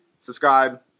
subscribe